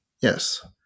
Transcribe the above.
Yes